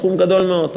סכום גדול מאוד,